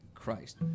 Christ